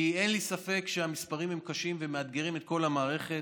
כי אין לי ספק שהמספרים הם קשים ומאתגרים את כל המערכת.